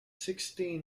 sixteen